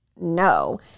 no